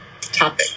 topic